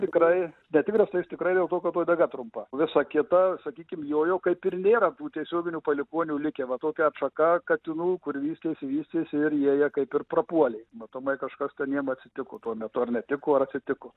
tikrai bet tigras tikrai dėl to kad uodega trumpa visa kita sakykime jo kaip ir nėra tų tiesioginių palikuonių likę va tokia atšaka katinų kur ir jie kaip ir prapuolė matomai kažkas ten jam atsitiko tuo metu ar ne tik atsitiko